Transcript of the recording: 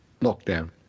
lockdown